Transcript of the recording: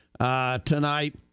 tonight